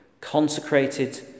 consecrated